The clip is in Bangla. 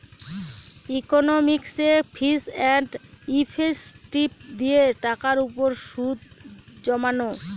ইকনমিকসে ফিচ এন্ড ইফেক্টিভ দিয়ে টাকার উপর সুদ জমানো